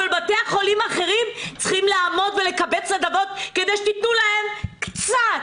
אבל בתי החולים האחרים צריכים לעמוד ולקבץ נדבות כדי שתתנו להם קצת,